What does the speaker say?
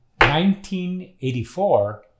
1984